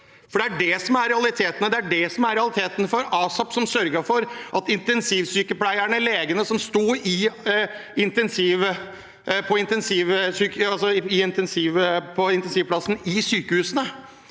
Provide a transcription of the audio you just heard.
Det er det som er realiteten for ASAP-Norway. De sørget for at intensivsykepleierne og legene som sto på intensivplassene i sykehusene,